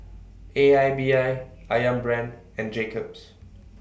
A I B I Ayam Brand and Jacob's